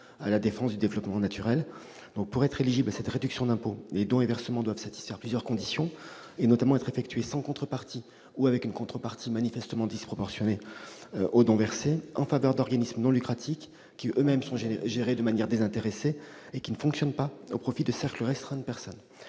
à la défense du développement naturel. Pour être éligibles à cette réduction d'impôt, les dons et versements doivent satisfaire à plusieurs conditions et notamment être effectués sans contrepartie ou avec une contrepartie manifestement disproportionnée, en faveur d'organismes non lucratifs, qui, eux-mêmes, sont gérés de manière désintéressée et qui ne fonctionnent pas au profit d'un cercle restreint de particuliers.